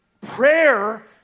prayer